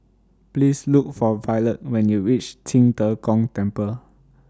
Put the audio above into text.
Please Look For Violet when YOU REACH Qing De Gong Temple